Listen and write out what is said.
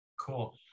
Cool